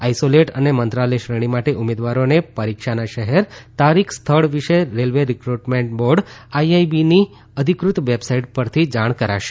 isolate અને મંત્રાલય શ્રેણી માટે ઉમેદવારોને પરીક્ષાના શહેર તારીખ સ્થળ વિશે રેલવે રિકુટમેન્ટ બોર્ડ આઈઆઈબીની અધિકૃત વેબસાઈટ પરથી જાણ કરાશે